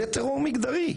זה טרור מגדרי,